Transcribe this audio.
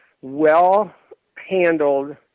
well-handled